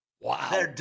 Wow